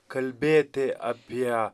kalbėti apie